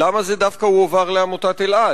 למה זה הועבר דווקא לעמותת אלע"ד?